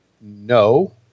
no